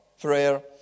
prayer